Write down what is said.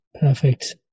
Perfect